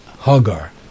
Hagar